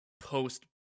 Post